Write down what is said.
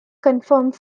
confirmed